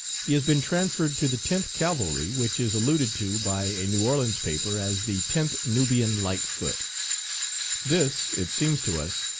he has been transferred to the tenth cavalry, which is alluded to by a new orleans paper as the tenth nubian light foot this, it seems to us,